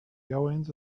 goings